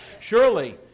Surely